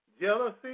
jealousy